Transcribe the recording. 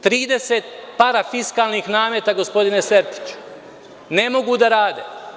Trideset parafiskalnih nameta, gospodine Sertiću, ne mogu da rade.